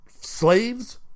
Slaves